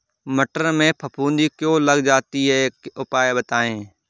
मटर में फफूंदी क्यो लग जाती है उपाय बताएं?